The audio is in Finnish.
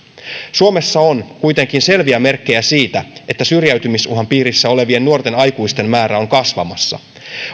suomessa on kuitenkin selviä merkkejä siitä että syrjäytymisuhan piirissä olevien nuorten aikuisten määrä on kasvamassa